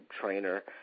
trainer